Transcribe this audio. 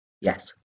Yes